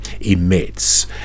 emits